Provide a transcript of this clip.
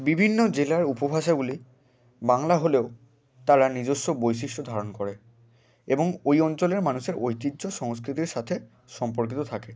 বিভিন্ন জেলার উপভাষাগুলি বাংলা হলেও তারা নিজস্ব বৈশিষ্ট্য ধারণ করে এবং ওই অঞ্চলের মানুষের ঐতিহ্য সংস্কৃতির সাথে সম্পর্কিত থাকে